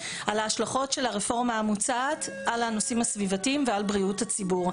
על ההשלכות של הרפורמה המוצעת על הנושאים הסביבתיים ועל בריאות הציבור,